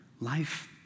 life